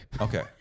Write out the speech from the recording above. Okay